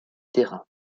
terrain